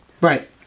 Right